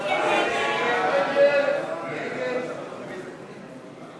המרכז למיפוי ישראל,